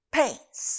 pains